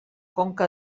conca